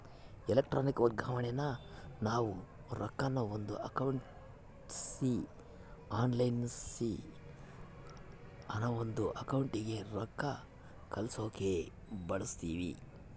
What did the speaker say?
electronic ವರ್ಗಾವಣೇನಾ ನಾವು ರೊಕ್ಕಾನ ಒಂದು ಅಕೌಂಟ್ಲಾಸಿ ಆನ್ಲೈನ್ಲಾಸಿ ಇನವಂದ್ ಅಕೌಂಟಿಗೆ ರೊಕ್ಕ ಕಳ್ಸಾಕ ಬಳುಸ್ತೀವಿ